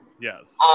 Yes